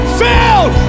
filled